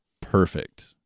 perfect